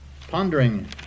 Pondering